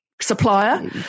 supplier